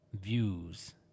views